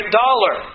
dollar